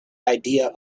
idea